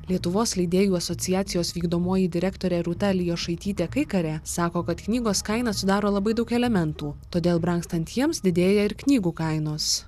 lietuvos leidėjų asociacijos vykdomoji direktorė rūta elijošaitytė kaikarė sako kad knygos kainą sudaro labai daug elementų todėl brangstant jiems didėja ir knygų kainos